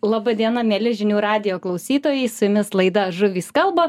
laba diena mieli žinių radijo klausytojai su jumis laida žuvys kalba